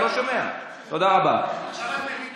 אני בחיים לא אמרתי שאני לא מצטער על מותו